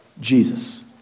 Jesus